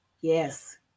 Yes